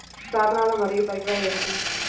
సాధనాలు మరియు పరికరాలు ఏమిటీ?